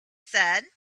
said